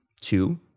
two